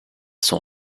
son